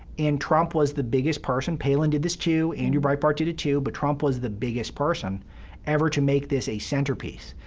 and trump was the biggest person palin did this, too, andrew breitbart did it, too, but trump was the biggest person ever to make this a centerpiece.